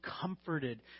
comforted